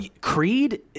Creed